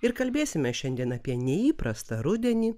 ir kalbėsime šiandien apie neįprastą rudenį